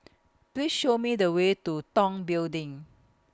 Please Show Me The Way to Tong Building